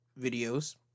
videos